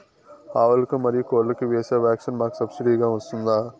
ఆవులకు, మరియు కోళ్లకు వేసే వ్యాక్సిన్ మాకు సబ్సిడి గా వస్తుందా?